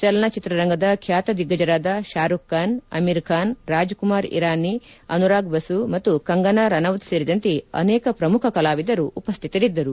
ಚಲನಚಿತ್ರರಂಗದ ಖ್ಯಾತ ದಿಗ್ಗಜರಾದ ಶಾರೂಬ್ಖಾನ್ ಅಮೀರ್ಖಾನ್ ರಾಜ್ಕುಮಾರ್ ಇರಾನಿ ಅನುರಾಗ್ ಬಸು ಮತ್ತು ಕಂಗನಾ ರಾನೌತ್ ಸೇರಿದಂತೆ ಅನೇಕ ಪ್ರಮುಖ ಕಲಾವಿದರು ಉಪ್ಸಿತರಿದ್ದರು